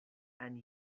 and